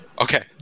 Okay